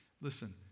Listen